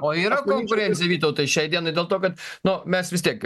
o yra konkurencija vytautai šiai dienai dėl to kad nu mes vis tiek